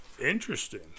Interesting